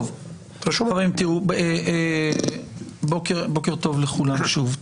חברים, בוקר טוב לכולם שוב.